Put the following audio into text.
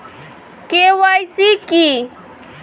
KYC কী?